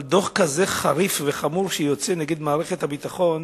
אבל דוח כזה חריף וחמור שיוצא נגד מערכת הביטחון